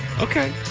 Okay